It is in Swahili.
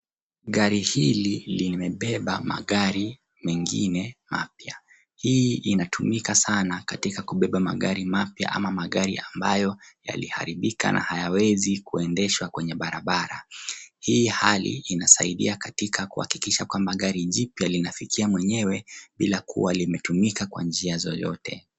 Gari hili limebeba magari mengine mapya, hii inatumika sana katika kubeba magari mapya ama magari ambayo yaliharibika na hayawezi kuendeshwa kwenye barabara. Hii hali inasaidia katika kuhakikisha kwamba gari jipya linafikia mwenyewe bila kuwa limetumika kwa njia yoyote.